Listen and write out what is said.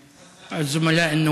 (אומר דברים בשפה הערבית,